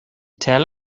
tell